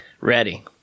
Ready